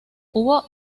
hubo